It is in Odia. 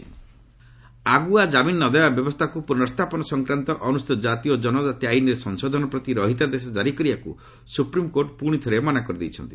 ଏସ୍ସିଏସ୍ଟି ଆକୁ ଆଗୁଆ ଜାମିନ ନଦେବା ବ୍ୟବସ୍ଥାକୁ ପୁର୍ନସ୍ଥାପନ ସଂକ୍ରାନ୍ତ ଅନୁସୂଚିତ ଜାତି ଓ ଜନଜାତି ଆଇନ୍ରେ ସଂଶୋଧନ ପ୍ରତି ରହିତାଦେଶ କାରି କରିବାକୁ ସୁପ୍ରିମକୋର୍ଟ ପୁଶିଥରେ ମନା କରିଦେଇଛନ୍ତି